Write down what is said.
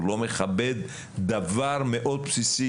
הוא לא מכבד דבר מאוד בסיסי,